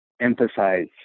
emphasize